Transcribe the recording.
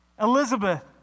Elizabeth